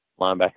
linebacker